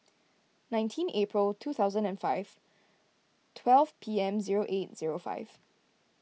nineteen April two thousand and five twelve P M zero eight zero five